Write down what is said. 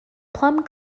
plum